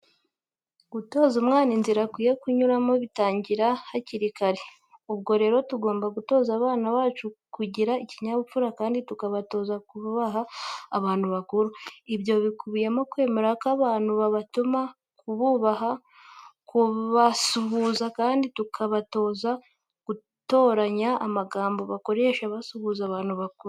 Gutoza umwana inzira akwiriye kunyuramo bitangira hakiri kare. Ubwo rero tugomba gutoza abana bacu kugira ikinyabupfura kandi tukabatoza kubaha abantu bakuru. Ibyo bikubiyemo kwemera ko abantu babatuma, kububaha, kubasuhuza kandi tukabatoza gutoranya amagambo bakoresha basubiza abantu bakuru.